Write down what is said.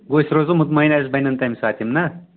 گوٚو أسۍ روزو مُطمعین اَسہِ بنن تَمہِ ساتہٕ یِم نہ